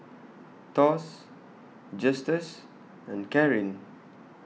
Thos Justus and Caryn